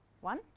one